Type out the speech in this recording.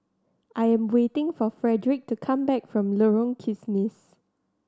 I'm waiting for Fredric to come back from Lorong Kismis